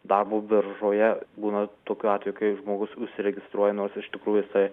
darbo biržoje būna tokių atvejų kai žmogus užsiregistruoja nors iš tikrųjų jisai